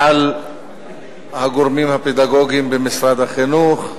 על הגורמים הפדגוגיים במשרד החינוך,